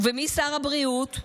ומי שר הבריאות?